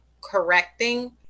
correcting